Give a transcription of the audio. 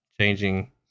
changing